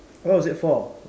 what was it for